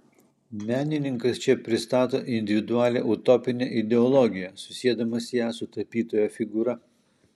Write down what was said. menininkas čia pristato individualią utopinę ideologiją susiedamas ją su tapytojo figūra